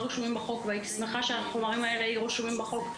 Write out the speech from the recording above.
והייתי שמחה שהחומרים האלה יהיו רשומים בחוק.